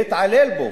להתעלל בו,